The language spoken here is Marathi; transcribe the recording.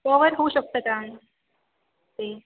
कवर होऊ शकतं का ते